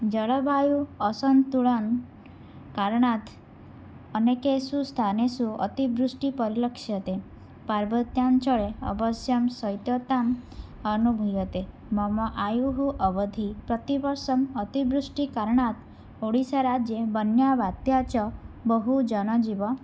जलवायोः असन्तुलनकारणात् अनेकेषु स्थानेषु अतिवृष्टिः परिलक्ष्यते पर्वताञ्चले अवश्यं श्यैत्यता अनुभूयते मम आयुः अवधिः प्रतिवर्षम् अतिवृष्टिकारणात् ओडिसाराज्ये वन्यवत्यः च बहु जनजीवनम्